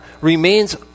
remains